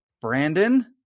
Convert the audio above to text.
Brandon